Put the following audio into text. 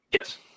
Yes